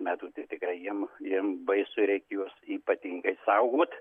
metų tai tikrai jiem jiem baisu ir reik juos ypatingai saugot